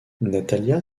natalia